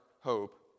hope